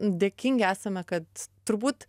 dėkingi esame kad turbūt